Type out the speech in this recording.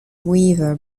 weaver